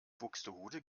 buxtehude